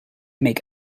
make